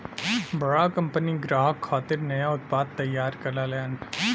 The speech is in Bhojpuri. बड़ा कंपनी ग्राहक खातिर नया उत्पाद तैयार करलन